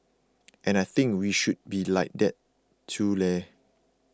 and I think we should be like that too leh